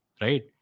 right